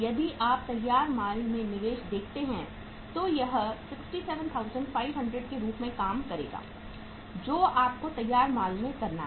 यदि आप तैयार माल में निवेश देखते हैं तो यह 67500 रुपये के रूप में काम करेगा जो आपको तैयार माल में करना है